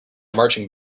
marching